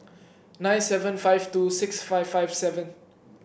nine seven five two six five five seven